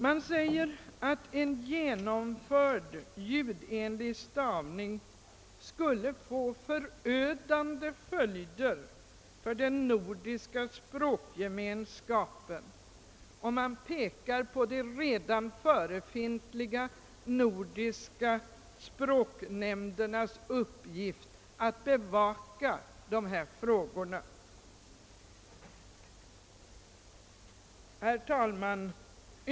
Man säger, att en genomförd ljudenlig stavning skulle få förödande följder för den nordiska språkgemenskapen, och man pekar på de redan förefintliga nordiska språknämndernas uppgift att bevaka dessa frågor. Herr talman!